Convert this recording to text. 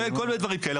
כן, כל מיני דברים כאלה.